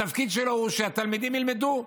התפקיד שלו הוא שהתלמידים ילמדו,